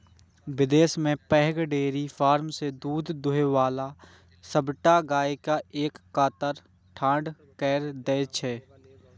विदेश मे पैघ डेयरी फार्म मे दूध दुहै बला सबटा गाय कें एक कतार मे ठाढ़ कैर दै छै